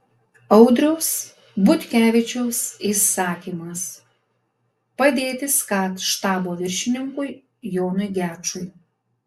audriaus butkevičiaus įsakymas padėti skat štabo viršininkui jonui gečui